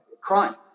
crime